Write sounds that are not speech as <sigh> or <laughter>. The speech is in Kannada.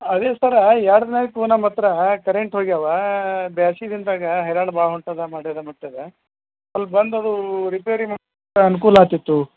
ಅದೇ ಸರ ಎರಡು ದಿನ ಆಯಿತು ನಮ್ಮ ಹತ್ರ ಕರೆಂಟ್ ಹೋಗ್ಯಾವೆ ಬ್ಯಾಸಿಗೆ ದಿನದಾಗ ಹೈರಾಣ ಭಾಳ ಹೊಂಟದ ಮಾಡ್ಯದಾ ಮಟ್ಟದಾ ಅಲ್ಲಿ ಬಂದು ಅದು ರಿಪೇರಿ ಮಾಡಿ <unintelligible> ಅನುಕೂಲ ಆಗ್ತಿತ್ತು